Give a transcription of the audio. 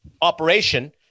operation